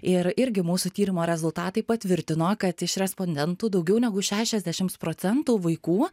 ir irgi mūsų tyrimo rezultatai patvirtino kad iš respondentų daugiau negu šešiasdešimt procentų vaikų